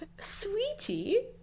Sweetie